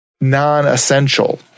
non-essential